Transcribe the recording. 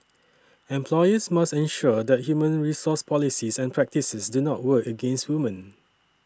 employers must ensure that human resource policies and practices do not work against women